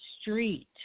street